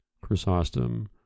Chrysostom